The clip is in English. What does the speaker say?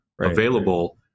available